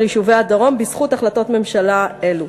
יישובי הדרום בזכות החלטות ממשלה אלו.